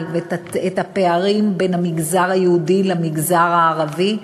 ואת הפערים בין המגזר היהודי למגזר הערבי בפרט,